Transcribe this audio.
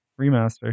remaster